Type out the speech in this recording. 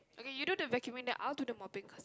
okay you do the vacuuming then I'll do the mopping cause